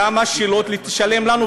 למה שלא תשלם לנו?